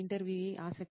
ఇంటర్వ్యూఈ ఆసక్తి